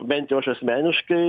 bent jau aš asmeniškai